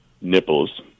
nipples